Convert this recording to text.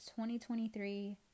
2023